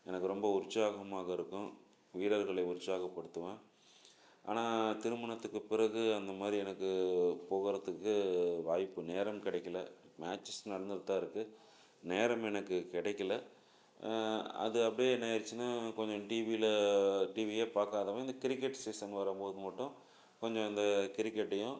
எனக்கு ரொம்ப உற்சாகமாக இருக்கும் வீரர்களை உற்சாகப்படுத்துவேன் ஆனால் திருமணத்துக்குப் பிறகு அந்த மாதிரி எனக்குப் போகுறத்துக்கு வாய்ப்பு நேரம் கிடைக்கல மேட்சஸ் நடந்துகிட்டு தான் இருக்குது நேரம் எனக்கு கிடைக்கல அது அப்படியே என்ன ஆயிருச்சின்னால் கொஞ்சம் டிவியில் டிவியே பார்க்காதவன் இந்த கிரிக்கெட் சீசன் வரும் போது மட்டும் கொஞ்சம் இந்த கிரிக்கெட்டையும்